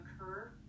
occur